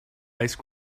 ice